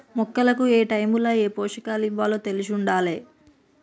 మొక్కలకు ఏటైముల ఏ పోషకాలివ్వాలో తెలిశుండాలే